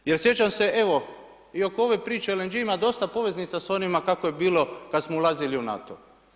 Da, jer sjećam se evo, i oko ove prče LNG, ima dosta poveznice s onima kako je bilo kada smo dolazili u NATO.